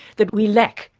that we lack,